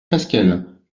fasquelle